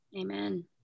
Amen